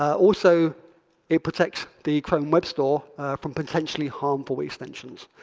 also it protects the chrome web store from potentially harmful extensions.